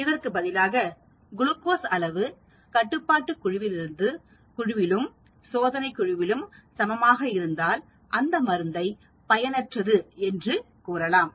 இதற்கு பதிலாக குளுக்கோஸ் அளவு கட்டுப்பாட்டு குழுவிலும் சோதனை குழுவிலும் சமமாக இருந்தால் அந்த மருந்தை பயனற்றது என்று நாம் கூறலாம்